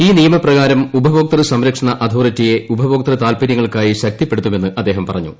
ഈ നിയമ പ്രകാരം ഉപഭോക്തൃ സംരക്ഷണ് അതോറിട്ടിയെ ഉപഭോക്തൃ താത്പര്യങ്ങൾക്കായി ശുക്തപ്പെടുത്തുമെന്ന് അദ്ദേഹം പറഞ്ഞു